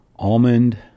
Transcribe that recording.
almond